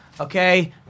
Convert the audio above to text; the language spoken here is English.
okay